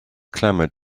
clamored